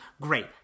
great